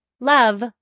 Love